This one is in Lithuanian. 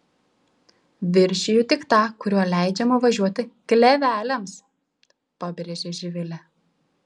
viršiju tik tą kuriuo leidžiama važiuoti kleveliams pabrėžė živilė